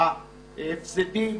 ההפסדים